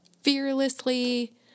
fearlessly